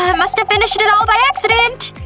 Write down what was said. ah must've finished it all by accident.